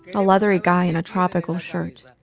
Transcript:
a leathery guy in a tropical shirt.